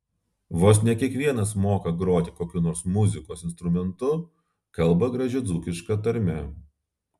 vos ne kiekvienas moka groti kokiu nors muzikos instrumentu kalba gražia dzūkiška tarme